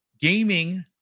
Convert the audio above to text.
gaming